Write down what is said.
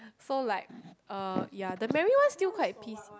so like uh ya the Mary one still quite piss